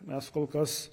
mes kol kas